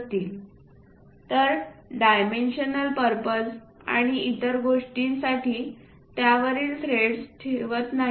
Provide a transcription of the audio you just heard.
असतील तर dimensional purpose आणि इतर गोष्टींसाठी त्यावरील थ्रेड्स थेट ठेवत नाही